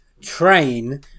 train